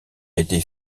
été